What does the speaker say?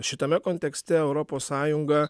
šitame kontekste europos sąjunga